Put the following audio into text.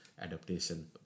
adaptation